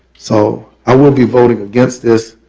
so i will be voting against us,